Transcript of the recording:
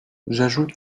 j’ajoute